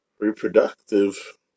reproductive